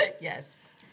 Yes